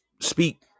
speak